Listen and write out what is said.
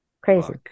Crazy